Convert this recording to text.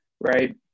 right